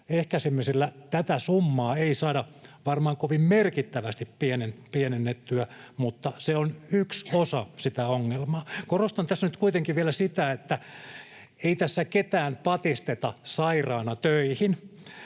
ehkäisemisellä tätä summaa ei saada varmaan kovin merkittävästi pienennettyä, se on yksi osa sitä ongelmaa. Korostan tässä nyt kuitenkin vielä sitä, että ei tässä ketään patisteta sairaana töihin